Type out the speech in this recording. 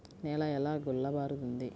నేల ఎలా గుల్లబారుతుంది?